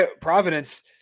Providence